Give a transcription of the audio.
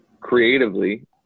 creatively